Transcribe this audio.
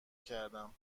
کردم